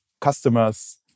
customers